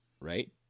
Right